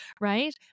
right